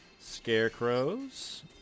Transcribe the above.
Scarecrows